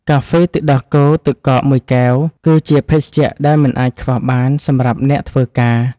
កាហ្វេទឹកដោះគោទឹកកកមួយកែវ គឺជាភេសជ្ជៈដែលមិនអាចខ្វះបានសម្រាប់អ្នកធ្វើការ។